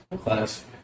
Class